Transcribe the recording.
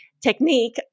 technique